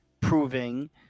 Proving